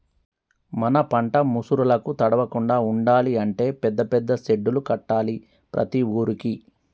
మన పంట ముసురులకు తడవకుండా ఉండాలి అంటే పెద్ద పెద్ద సెడ్డులు కట్టాలి ప్రతి ఊరుకి